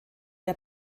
der